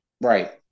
Right